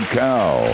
cow